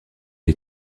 des